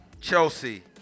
Chelsea